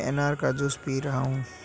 मैं अनार का जूस पी रहा हूँ